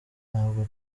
ntabwo